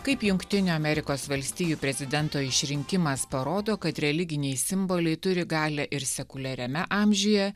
kaip jungtinių amerikos valstijų prezidento išrinkimas parodo kad religiniai simboliai turi galią ir sekuliariame amžiuje